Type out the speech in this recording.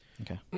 Okay